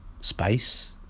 space